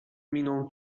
miną